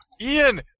Ian